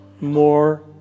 more